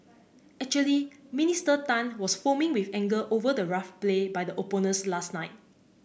actually Minister Tan was foaming with anger over the rough play by the opponents last night